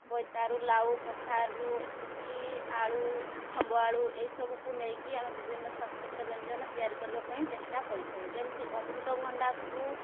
ବୋଇତାଳୁ ଲାଉ କଖାରୁ ଏମିତି ଆଳୁ ଖମ୍ବଆଳୁ ଏଇ ସବୁକୁ ନେଇକି ଆମେ ବିଭିନ୍ନ ସ୍ୱାସ୍ଥ୍ୟକର ବ୍ୟଞ୍ଜନ ତିଆରି କରିବା ପାଇଁ ଚେଷ୍ଟା କରିଥାଉ ଯେମିତି ଅମୃତଭଣ୍ଡାକୁ